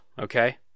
okay